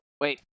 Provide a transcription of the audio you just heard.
wait